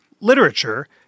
literature